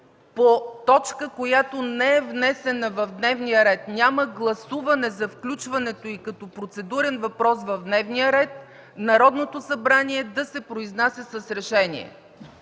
по точка, която не е внесена в дневния ред и няма гласуване за включването й като процедурен въпрос в дневния ред, Народното събрание да се произнася с решение.